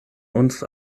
uns